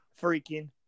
freaking